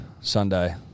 Sunday